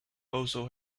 also